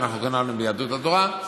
שאנחנו כולנו ביהדות התורה,